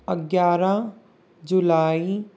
ग्यारह जुलाई